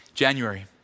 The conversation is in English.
January